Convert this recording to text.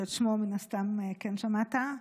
שאת שמו מן הסתם כן שמעת,